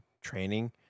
training